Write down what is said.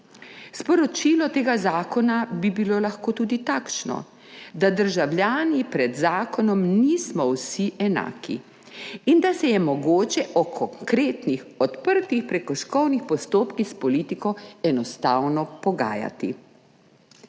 Sporočilo tega zakona bi bilo lahko tudi takšno, da državljani pred zakonom nismo vsi enaki in da se je mogoče o konkretnih odprtih prekrškovnih postopkih s politiko enostavno pogajati.